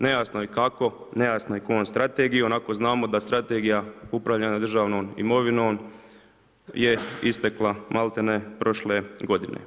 Nejasno je kako, nejasno je kojoj strategijom ako znamo da strategija upravljanja državnom imovinom je istekla maltene prošle godine.